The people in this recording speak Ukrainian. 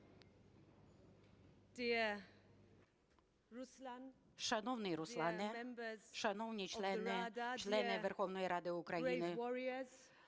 Шановний Руслане, шановні члени Верховної Ради України,